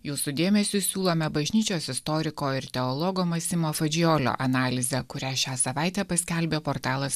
jūsų dėmesiui siūlome bažnyčios istoriko ir teologo massimo fadžijolio analizę kurią šią savaitę paskelbė portalas